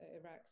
Iraq